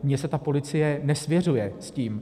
Mně se ta policie nesvěřuje s tím.